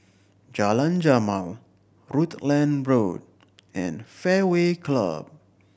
Jalan Jamal Rutland Road and Fairway Club